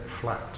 flat